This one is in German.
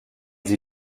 sie